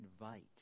invite